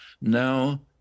Now